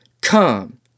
come